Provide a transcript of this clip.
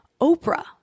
Oprah